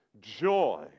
joy